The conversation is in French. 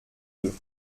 deux